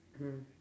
mm